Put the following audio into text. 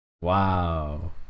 Wow